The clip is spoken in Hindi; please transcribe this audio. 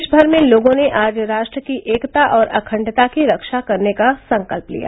देशमर में लोगों ने आज राष्ट्र की एकता और अखंडता की रक्षा करने का संकल्प लिया